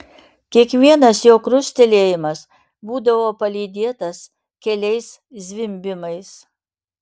kiekvienas jo krustelėjimas būdavo palydėtas keliais zvimbimais